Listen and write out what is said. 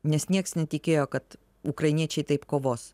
nes nieks netikėjo kad ukrainiečiai taip kovos